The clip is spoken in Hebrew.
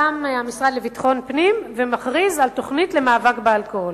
קם המשרד לביטחון פנים ומכריז על תוכנית למאבק באלכוהול.